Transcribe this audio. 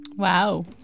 Wow